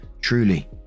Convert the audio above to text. truly